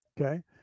Okay